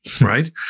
right